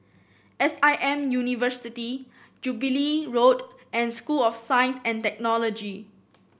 S I M University Jubilee Road and School of Science and Technology